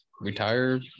retire